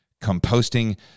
composting